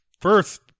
first